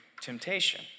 temptation